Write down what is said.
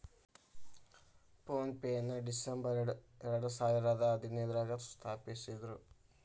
phone ಪೆನ December ಎರಡಸಾವಿರದ ಹದಿನೈದ್ರಾಗ ಸ್ಥಾಪಿಸಿದ್ರು